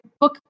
book